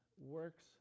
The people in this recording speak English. works